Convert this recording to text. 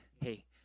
hey